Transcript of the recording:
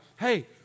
hey